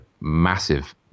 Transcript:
massive